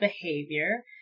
behavior